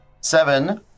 Seven